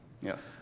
Yes